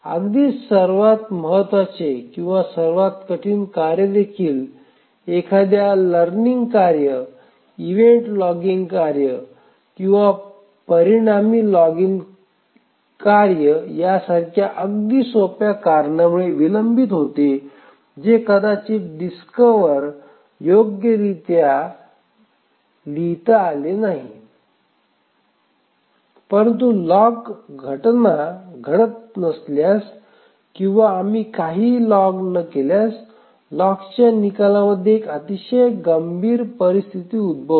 अगदी सर्वात महत्त्वाचे किंवा सर्वात कठीण कार्यदेखील एखाद्या लॉगिंग कार्य इव्हेंट लॉगिंग कार्य किंवा परिणामी लॉगिंग कार्य यासारख्या अगदी सोप्या कारणामुळे विलंबित होते जे कदाचित डिस्कवर योग्यरित्या लिहिता आले नाही परंतु लॉग घटना घडत नसल्यास किंवा आम्ही काहीही लॉग न केल्यास लॉगच्या निकालामध्ये एक अतिशय गंभीर परिस्थिती उद्भवते